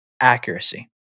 accuracy